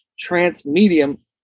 trans-medium